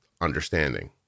understanding